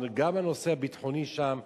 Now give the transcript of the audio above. גם הנושא הביטחוני שם,